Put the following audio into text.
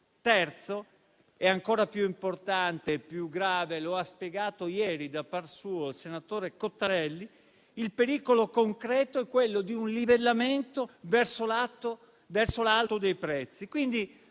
luogo, ancora più importante e più grave - lo ha spiegato ieri da par suo il senatore Cottarelli -, il pericolo concreto è quello di un livellamento verso l'alto dei prezzi.